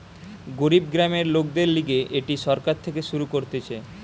গরিব গ্রামের লোকদের লিগে এটি সরকার থেকে শুরু করতিছে